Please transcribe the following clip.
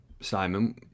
Simon